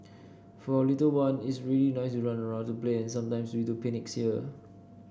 for our little one it's really nice to run around to play and sometimes we do picnics here